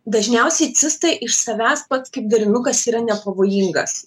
dažniausiai cista iš savęs pats kaip derinukas yra nepavojingas